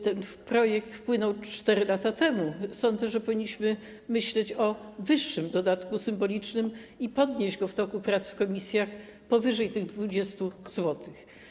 Ten projekt wpłynął 4 lata temu, więc sądzę, że powinniśmy myśleć o wyższym dodatku symbolicznym i podnieść go w toku prac w komisjach powyżej tych 20 zł.